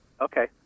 Okay